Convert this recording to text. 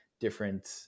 different